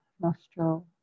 nostril